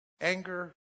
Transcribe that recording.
anger